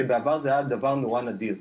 שבעבר זה היה דבר נורא נדיר.